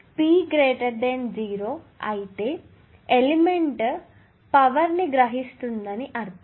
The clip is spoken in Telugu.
P 0 అయితే ఎలిమెంట్ ఆ క్షణంలో పవర్ ను గ్రహిస్తుందని అర్థం